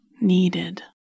needed